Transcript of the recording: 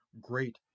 great